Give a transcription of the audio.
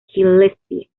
gillespie